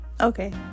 Okay